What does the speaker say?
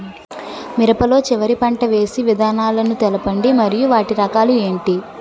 మిరప లో చివర పంట వేసి విధానాలను తెలపండి మరియు వాటి రకాలు ఏంటి